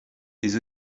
les